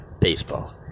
baseball